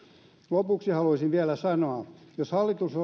lopuksi haluaisin vielä sanoa jos hallitus olisi luonut johtoryhmän